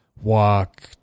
walk